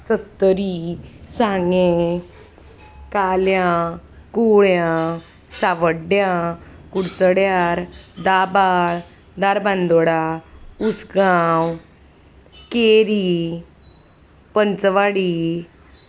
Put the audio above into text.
सत्तरी सांगें काल्यां कुळ्यां सावड्ड्या कुडचड्यार दाभाळ धारबांदोडा उसगांव केरी पंचवाडी